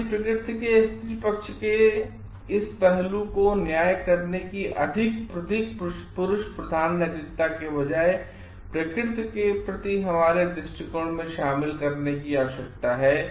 नारी प्रकृति के स्त्री पक्ष के इस पहलू को न्याय करने की अधिक पुरुष प्रधान नैतिकता के बजाय प्रकृति के प्रति हमारे दृष्टिकोण में शामिल करने की आवश्यकता है